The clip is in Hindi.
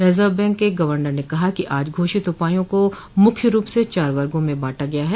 रिजर्व बैंक के गवर्नर ने कहा कि आज घोषित उपायों को मुख्य रूप से चार वर्गों में बांटा गया है